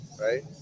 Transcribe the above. right